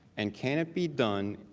and can it be done.